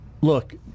Look